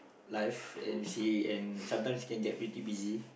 life and he and sometimes it can get pretty busy